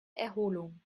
erholung